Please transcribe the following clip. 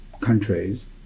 countries